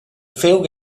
fiug